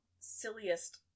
silliest